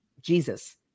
Jesus